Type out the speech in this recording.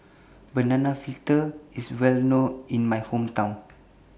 Banana Fritters IS Well known in My Hometown